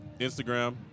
Instagram